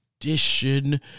edition